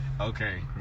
Okay